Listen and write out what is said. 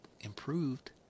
improved